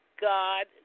god